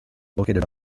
located